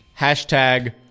Hashtag